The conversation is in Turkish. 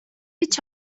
hiç